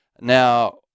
Now